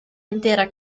intera